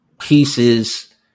pieces